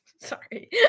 Sorry